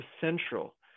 central